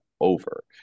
over